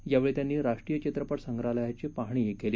यावेळी त्यांनी राष्ट्रीय चित्रपट संग्रहालयाची पाहणी केली